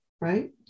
Right